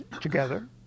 together